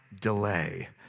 delay